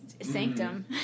sanctum